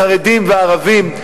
החרדים והערבים,